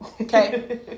Okay